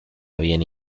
habían